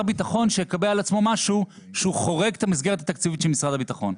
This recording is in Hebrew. ביטחון שיקבל על עצמו משהו שהוא חורג את המסגרת התקציבית של משרד הביטחון.